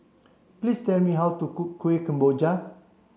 please tell me how to cook Kuih Kemboja